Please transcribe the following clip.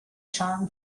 charm